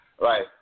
right